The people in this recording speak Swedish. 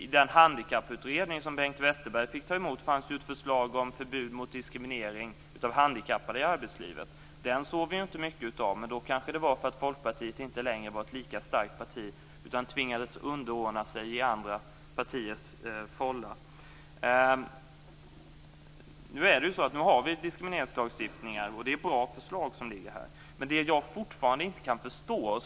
I den handikapputredning som Bengt Westerberg fick ta emot fanns ett förslag om förbud mot diskriminering av handikappade i arbetslivet. Det såg vi inte mycket av, men det berodde kanske på att Folkpartiet då inte längre var ett lika starkt parti utan tvingades in i andra partiers fålla. Vi har nu goda förslag till en diskrimineringslagstiftning, men det finns något som jag fortfarande inte kan förstå.